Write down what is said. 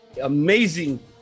amazing